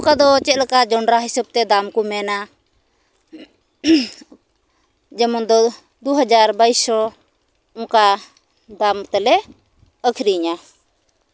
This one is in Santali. ᱚᱠᱟ ᱫᱚ ᱪᱮᱫ ᱞᱮᱠᱟ ᱡᱚᱸᱰᱨᱟ ᱦᱤᱥᱟᱹᱵ ᱛᱮ ᱫᱟᱢ ᱠᱚ ᱢᱮᱱᱟ ᱡᱮᱢᱚᱱ ᱫᱚ ᱫᱩ ᱦᱟᱡᱟᱨ ᱵᱟᱭᱤᱥ ᱥᱚ ᱚᱱᱠᱟ ᱫᱟᱢ ᱛᱮᱞᱮ ᱟᱹᱠᱷᱨᱤᱧᱟ